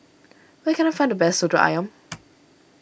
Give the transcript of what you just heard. where can I find the best Soto Ayam